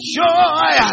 joy